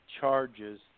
Charges